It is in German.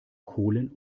kohlen